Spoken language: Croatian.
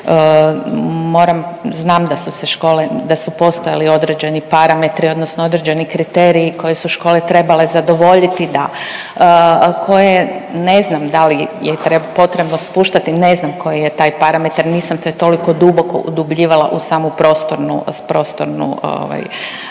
da su postojali određeni parametri odnosno određeni kriteriji koji su škole trebale zadovoljiti da, koje ne znam da li je potrebno spuštati, ne znam koji je taj parametar nisam se toliko duboko udubljivala u samu prostornu, prostornu